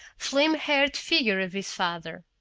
flame-haired figure of his father.